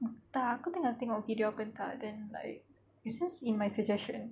entah aku tengah tengok video apa entah then like it's just in my suggestion